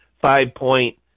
five-point